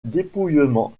dépouillement